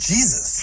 Jesus